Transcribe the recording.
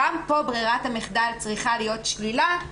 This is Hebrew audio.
גם פה ברירת המחדל צריכה להיות שלילה,